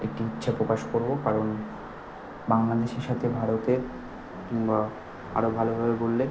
একটি ইচ্ছে প্রকাশ করবো কারণ বাংলাদেশের সাথে ভারতের আরো ভালোভাবে গড়লে